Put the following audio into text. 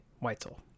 Weitzel